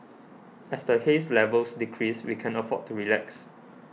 as the haze levels decrease we can afford to relax